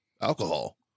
alcohol